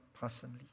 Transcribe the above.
personally